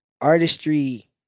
Artistry